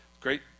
Great